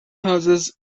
houses